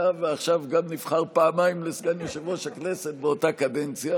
ועכשיו גם נבחר פעמיים לסגן יושב-ראש הכנסת באותה קדנציה,